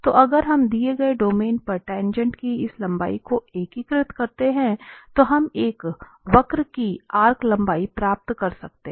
तो अगर हम दिए गए डोमेन पर टाँगेँट की इस लंबाई को एकीकृत करते हैं तो हम एक वक्र की आर्क लंबाई प्राप्त कर सकते हैं